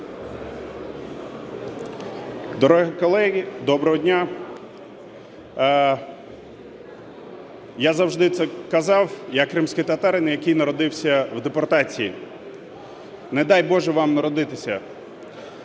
Дорогі колеги, доброго дня! Я завжди це казав: я кримський татарин, який народився в депортації. Не дай Боже вам там народитися.